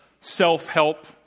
self-help